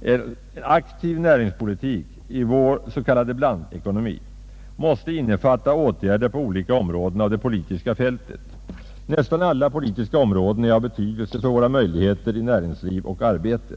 ”En aktiv näringspolitik i vår s.k. blandekonomi måste innefatta åtgärder på olika områden av det politiska fältet. Nästan alla politiska områden är av betydelse för våra möjligheter i näringsliv och arbete.